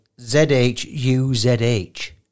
Z-H-U-Z-H